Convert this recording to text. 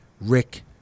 Rick